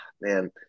man